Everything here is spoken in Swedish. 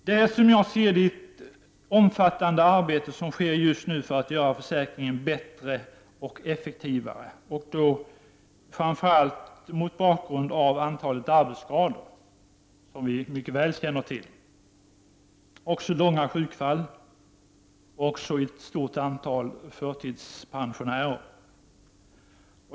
Det sker, som jag ser det, just nu ett omfattande arbete för att göra försäkringen bättre och effektivare, framför allt mot bakgrund av antalet arbetsskador -— vilka vi mycket väl känner till — långvariga sjukdomsfall och ett stort antal förtidspensionärer.